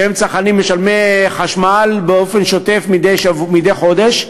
שהם צרכנים משלמי חשמל באופן שוטף מדי חודש,